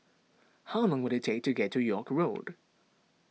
how long will it take to walk to York Road